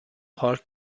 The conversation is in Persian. پارک